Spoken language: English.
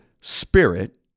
spirit